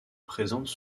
présentent